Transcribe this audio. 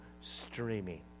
streaming